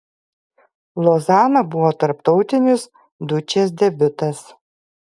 lozana buvo tarptautinis dučės debiutas